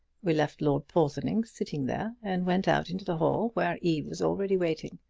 we left lord porthoning sitting there and went out into the hall, where eve was already waiting.